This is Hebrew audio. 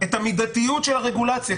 את המידתיות של הרוגלציה.